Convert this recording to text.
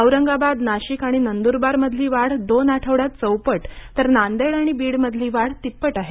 औरंगाबाद नाशिक आणि नंदुरबार मधली वाढ दोन आठवड्यात चौपट तर नांदेड आणि बीड मधली वाढ तिप्पट आहे